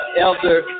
Elder